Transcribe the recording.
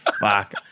Fuck